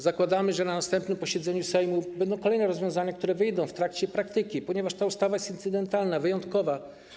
Zakładamy, że na następnym posiedzeniu Sejmu będą kolejne rozwiązania, które wyjdą w trakcie praktyki, ponieważ ta ustawa jest incydentalna, wyjątkowa.